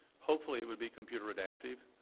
hopefully it would be computer adaptive,